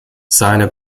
seine